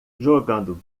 jogando